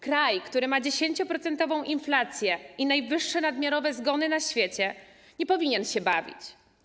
Kraj, który ma 10-procentową inflację i najwyższe nadmiarowe zgony na świecie, nie powinien się bawić.